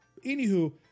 Anywho